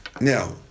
now